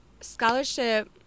scholarship